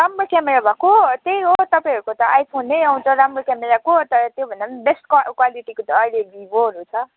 राम्रो क्यामेरा भएको त्यही हो तपाईँहरूको त आइफोन नै आउँछ राम्रो क्यामेराको तर त्यो भन्दा पनि बेस्ट क्वा क्वालिटीको त अहिले भिभोहरू छ